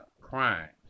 crimes